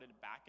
back